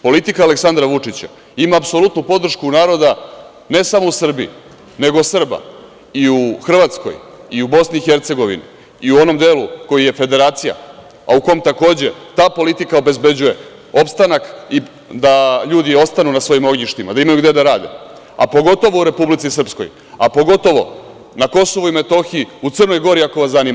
Politika Aleksandra Vučića ima apsolutnu podršku naroda, ne samo u Srbiji, nego Srba i u Hrvatskoj i u BiH, i u onom delu koji je Federacija, a u kom takođe ta politika obezbeđuje opstanak i da ljudi ostanu na svojim ognjištima, da imaju gde da rade, a pogotovu u Republici Srpskoj, a pogotovo na Kosovu i Metohiji, u Crnoj Gori, ako vas zanima.